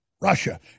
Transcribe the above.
Russia